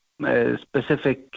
specific